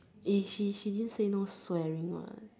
is she she didn't say no swearing what